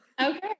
okay